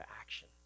action